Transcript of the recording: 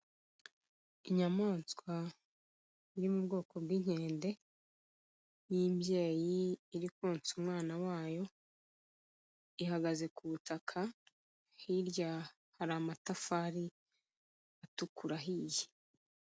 Inyamaswa iri mu bwoko bw'inkende y'imbyeyi iri konsa umwana wayo, ihagaze ku butaka, hirya hari amatafari atukura, ahiye.